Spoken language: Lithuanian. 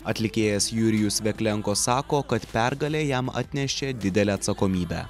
atlikėjas jurijus veklenko sako kad pergalė jam atnešė didelę atsakomybę